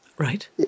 Right